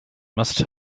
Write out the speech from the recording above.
must